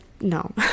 no